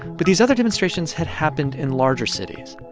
but these other demonstrations had happened in larger cities.